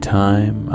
time